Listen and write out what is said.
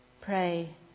Pray